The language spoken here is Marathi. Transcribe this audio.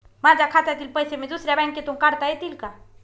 माझ्या खात्यातील पैसे मी दुसऱ्या बँकेतून काढता येतील का?